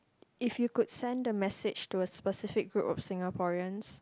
if you could send a message to a specific group of Singaporeans